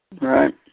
Right